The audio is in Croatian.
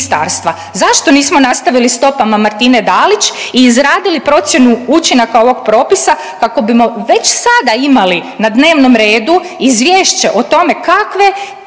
ministarstva. Zašto nismo nastavili stopama Martine Dalić i izradili procjenu učinaka ovog propisa kako bismo već sada imali na dnevnom redu izvješće o tome kakve